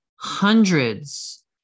hundreds